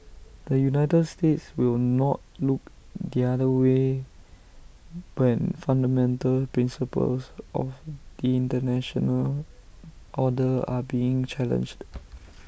the united states will not look the other way when fundamental principles of the International order are being challenged